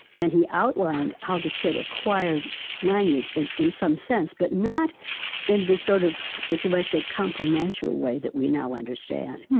and he outlined how the kid acquired language, in in some sense, but not in the sort of what you might say, componential way that we now understand.